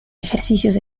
ejercicios